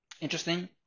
interesting